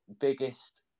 biggest